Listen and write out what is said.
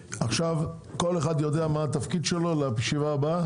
כל אחד יודע מה תפקידו לישיבה הבאה?